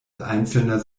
einzelner